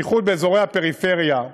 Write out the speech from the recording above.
בייחוד באזורי הפריפריה,